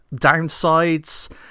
downsides